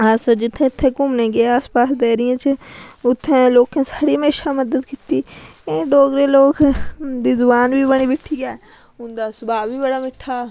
अस जित्थै जित्थै घूमने गे आस पास दे एरिये च उत्थै लोकें साढ़ी म्हेशां मदद कीती एह् डोगरे लोक इं'दी जबान बी बड़ी मिट्ठी ऐ उं'दा सभाऽ बी बड़ा मिट्ठा